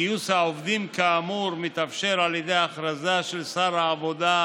גיוס העובדים כאמור מתאפשר על ידי הכרזה של שר העבודה,